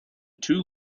two